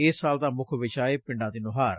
ਇਸ ਸਾਲ ਦਾ ਮੁੱਖ ਵਿਸ਼ਾ ਏ ਪਿੰਡਾਂ ਦੀ ਨੁਹਾਰ